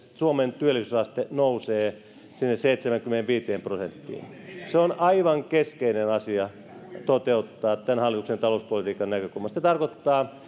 suomen työllisyysaste nousee sinne seitsemäänkymmeneenviiteen prosenttiin se on aivan keskeinen asia toteuttaa tämän hallituksen talouspolitiikan näkökulmasta se tarkoittaa